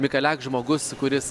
mikalek žmogus kuris